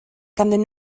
ganddyn